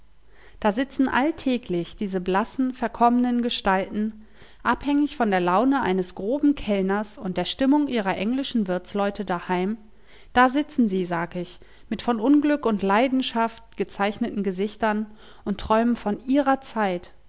da sitzen alltäglich diese blassen verkommenen gestalten abhängig von der laune eines groben kellners und der stimmung ihrer englischen wirtsleute daheim da sitzen sie sag ich mit von unglück und leidenschaft gezeichneten gesichtern und träumen von ihrer zeit